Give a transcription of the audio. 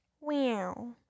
Wow